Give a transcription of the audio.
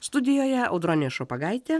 studijoje audronė šapagaitė